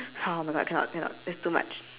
how oh my god cannot cannot that's too much